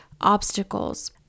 obstacles